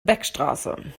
beckstraße